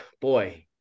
Boy